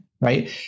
right